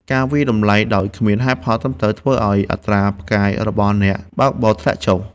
ការវាយតម្លៃដោយគ្មានហេតុផលត្រឹមត្រូវ ធ្វើឱ្យអត្រាផ្កាយរបស់អ្នកបើកបរធ្លាក់ចុះ។